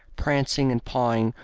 prancing and pawing,